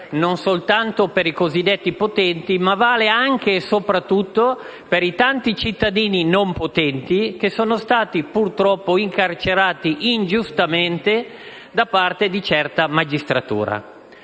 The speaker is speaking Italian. non soltanto per i cosiddetti potenti, ma vale anche e soprattutto per i tanti cittadini non potenti, che sono stati purtroppo incarcerati ingiustamente da parte di certa magistratura.